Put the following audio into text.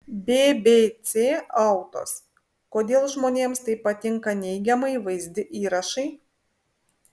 bbc autos kodėl žmonėms taip patinka neigiamai vaizdi įrašai